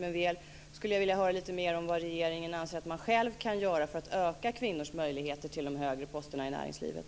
Men jag skulle vilja höra lite mer om vad regeringen anser att man själv kan göra för att öka kvinnors möjlighet till att nå högre poster inom näringslivet.